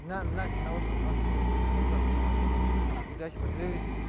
نہ نَگ نہ اوس نہٕ اَتھ کیٚنٛہہ نہ اوس اَتھ کیٚںٛہہ مطلب پیٖزا چھِ پٮ۪ٹھ ڈِلؤری